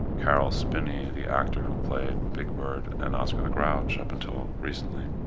caroll spinney, the actor who played big bird and oscar the grouch up until recently,